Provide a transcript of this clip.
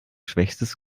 schwächstes